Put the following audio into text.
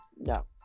No